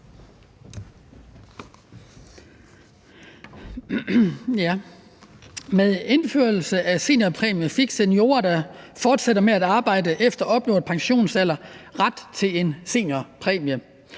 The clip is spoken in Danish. Med indførelsen af en seniorpræmie fik seniorer, der fortsætter med at arbejde efter opnået pensionsalder, ret til en seniorpræmie.